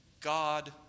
God